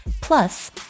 plus